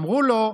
אמרו לו,